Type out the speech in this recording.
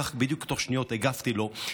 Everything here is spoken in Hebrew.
כך בדיוק תוך שניות הגבתי לו,